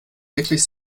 wirklich